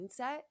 mindset